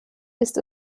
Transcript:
ist